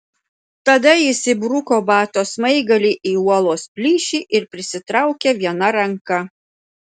tada jis įbruko bato smaigalį į uolos plyšį ir prisitraukė viena ranka